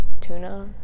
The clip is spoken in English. tuna